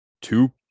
two